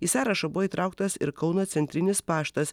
į sąrašą buvo įtrauktas ir kauno centrinis paštas